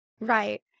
Right